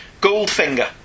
Goldfinger